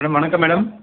hello வணக்கம் madam